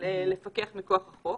לפקח מכוח החוק.